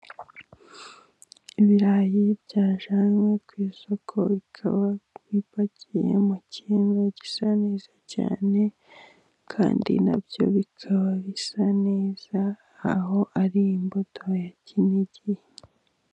Ibirayi byajyanywe ku isoko, bikaba bipakiye mu kintu gisa neza cyane, kandi nabyo bikaba bisa neza aho ari imbuto ya kinigi.